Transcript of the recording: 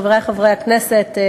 חברי חברי הכנסת,